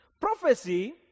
Prophecy